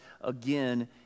again